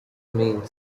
main